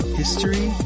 history